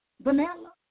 vanilla